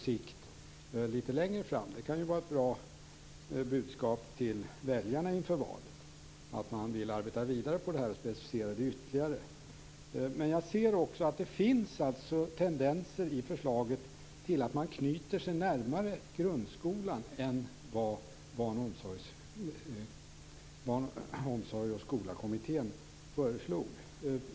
Det kan inför valet vara ett bra budskap att man vill arbeta vidare på det här och specificera det ytterligare. Men jag ser i förslaget också tendenser till att man knyter sig närmare grundskolan än vad Barnomsorgoch skolakommittén föreslog.